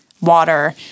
water